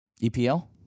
EPL